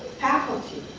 faculty.